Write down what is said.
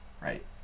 right